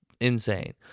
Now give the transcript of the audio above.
insane